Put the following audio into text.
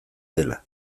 dela